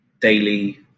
daily